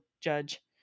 judge